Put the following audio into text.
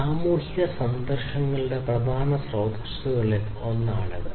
സാമൂഹിക സംഘർഷങ്ങളുടെ പ്രധാന സ്രോതസ്സുകളിൽ ഒന്നാണിത്